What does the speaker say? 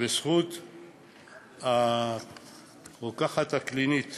בזכות הרוקחת הקלינית